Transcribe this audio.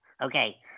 Okay